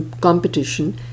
competition